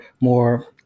more